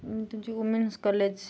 women's college